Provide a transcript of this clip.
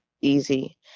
easy